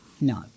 no